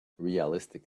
realistic